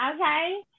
Okay